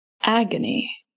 agony